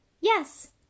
Yes